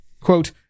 quote